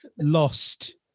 lost